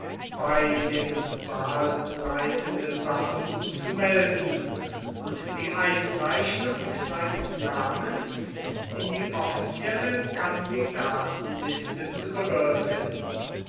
bei dem wahlleitenden beamten zu melden und die einzeichnung seines namens in die offizielle kandidatenliste zu bewirken